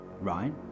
right